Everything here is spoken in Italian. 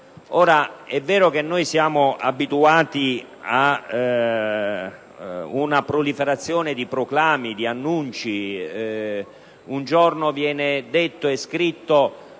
È vero che noi siamo abituati ad una certa proliferazione di proclami e annunci, perché un giorno viene detto e scritto